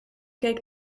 keek